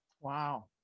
Wow